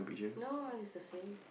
no it's the same